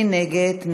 מי נגד?